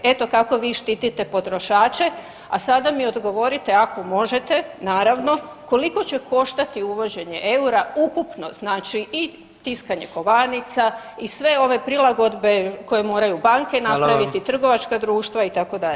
Eto kako vi štitite potrošače, a sada mi odgovorite, ako možete, naravno, koliko će koštati uvođenje eura, ukupno, znači i tiskanje kovanica i sve ove prilagodbe koje moraju banke napraviti [[Upadica: Hvala vam.]] trgovačka društva, itd.